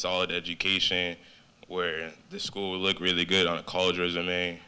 solid education where the school look really good on a college resume